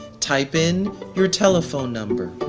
type in your telephone number.